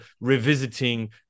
revisiting